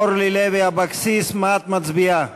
אורלי לוי אבקסיס, מה את מצביעה?